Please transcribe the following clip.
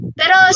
pero